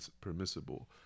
permissible